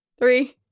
three